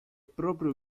proprio